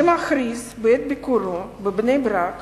מכריז בעת ביקורו בבני-ברק